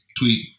tweet